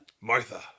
martha